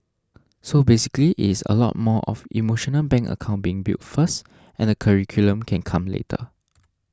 so basically it is a lot more of emotional bank account being built first and the curriculum can come later